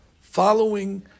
following